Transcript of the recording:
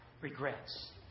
Regrets